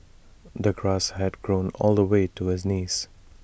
the grass had grown all the way to his knees